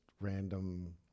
random